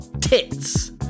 tits